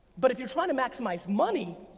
but if you're trying to maximize money,